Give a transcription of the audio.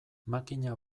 makina